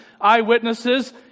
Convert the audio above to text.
eyewitnesses